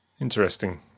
Interesting